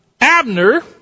Abner